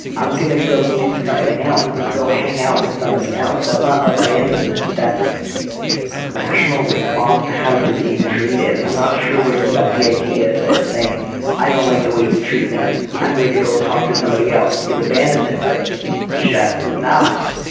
i'm going to go do something else i'm going to go hang out with somebody else. that's not abandonment. that's a rational response to how you're being treated. and i'm not sure where you got the idea that saying i don't like the way you treat me i'm going to go talk to somebody else is abandonment. but it's just not.